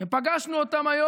פגשנו אותם היום,